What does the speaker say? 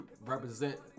represent